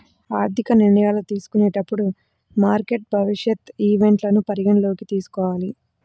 ఆర్థిక నిర్ణయాలు తీసుకునేటప్పుడు మార్కెట్ భవిష్యత్ ఈవెంట్లను పరిగణనలోకి తీసుకోవాలి